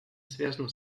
связана